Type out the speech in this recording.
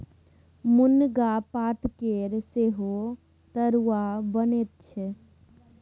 मुनगा पातकेर सेहो तरुआ बनैत छै